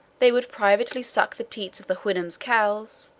they would privately suck the teats of the houyhnhnms' cows,